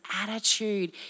attitude